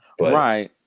Right